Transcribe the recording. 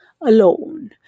alone